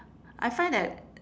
I find that